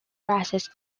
process